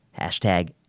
Hashtag